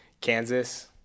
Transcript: Kansas